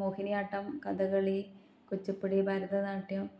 Mohiniyattam Kathakali Kuchipudi Bharatanatyam